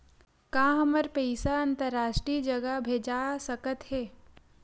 का हमर पईसा अंतरराष्ट्रीय जगह भेजा सकत हे?